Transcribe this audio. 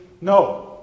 No